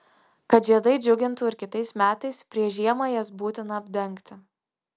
kad žiedai džiugintų ir kitais metais prieš žiemą jas būtina apdengti